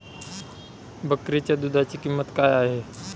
बकरीच्या दूधाची किंमत काय आहे?